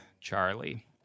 Charlie